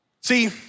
See